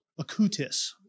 Acutis